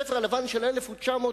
הספר הלבן של 1922,